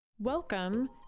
Welcome